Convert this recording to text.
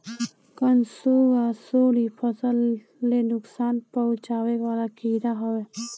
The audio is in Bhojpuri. कंसुआ, सुंडी फसल ले नुकसान पहुचावे वाला कीड़ा हवे